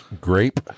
grape